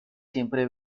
siempre